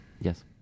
Yes